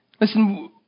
Listen